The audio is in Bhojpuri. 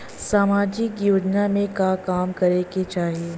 सामाजिक योजना में का काम करे के चाही?